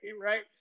right